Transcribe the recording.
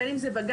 בין אם זה בגן,